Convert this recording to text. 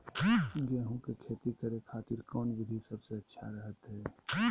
गेहूं के खेती करे खातिर कौन विधि सबसे अच्छा रहतय?